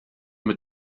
mit